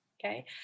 Okay